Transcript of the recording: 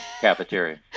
cafeteria